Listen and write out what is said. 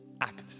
act